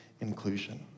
inclusion